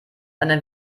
eine